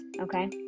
okay